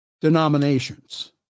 denominations